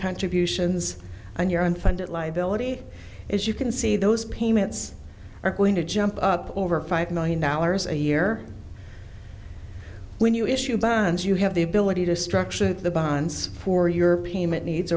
contributions and your unfunded liability as you can see those payments are going to jump over five million dollars a year when you issue bonds you have the ability to structure the bonds for your payment needs